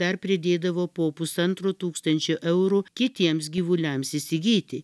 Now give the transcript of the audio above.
dar pridėdavo po pusantro tūkstančio eurų kitiems gyvuliams įsigyti